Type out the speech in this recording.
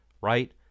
right